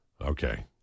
Okay